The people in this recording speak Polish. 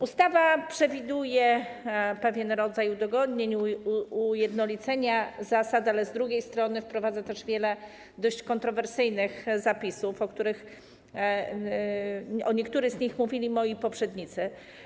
Ustawa przewiduje pewien rodzaj udogodnień, ujednolicenia zasad, ale z drugiej strony wprowadza też wiele dość kontrowersyjnych zapisów; o niektórych mówili moi poprzednicy.